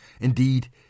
Indeed